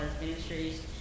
Ministries